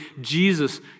Jesus